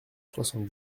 soixante